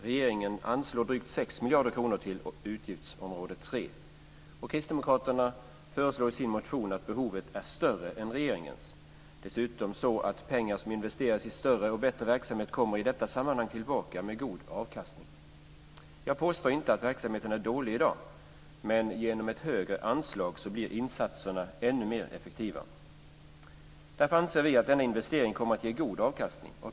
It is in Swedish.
Regeringen anslår drygt 6 miljarder till utgiftsområde 3. Kristdemokraterna anför i sin motion att behovet är större än vad regeringen anser. Det är dessutom så att pengar som investeras i större och bättre verksamhet i detta sammanhang kommer tillbaka med god avkastning. Jag påstår inte att verksamheten i dag är dålig, men genom ett högre anslag blir insatserna ännu mer effektiva. Därför anser vi att denna investering kommer att ge god avkastning.